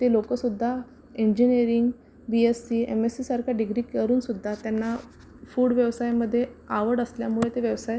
ते लोकसुद्धा engineering B Sc M एस्सीसारख्या डिग्री करूनसुद्धा त्यांना फूड व्यवसायामध्ये आवड असल्यामुळे ते व्यवसाय